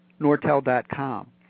nortel.com